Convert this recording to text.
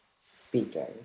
speaking